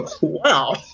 Wow